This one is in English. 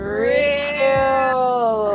real